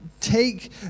take